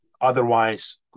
Otherwise